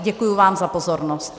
Děkuji vám za pozornost.